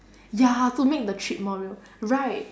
ya to make the trip more real right